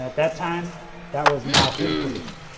that that time that was now his position.